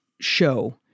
show